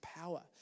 power